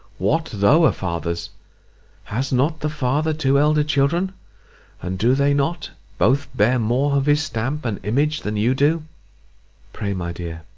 what though a father's has not the father two elder children and do they not both bear more of his stamp and image than you do pray, my dear,